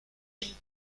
mille